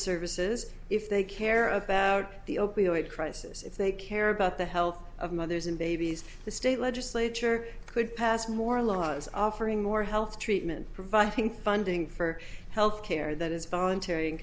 services if they care about the opioid crisis if they care about the health of mothers and babies the state legislature could pass more laws are offering more health treatment providing funding for health care that is voluntary